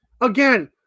Again